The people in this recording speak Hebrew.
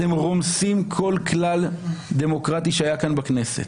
אתם רומסים כל כלל דמוקרטי שהיה כאן בכנסת.